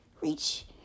Reach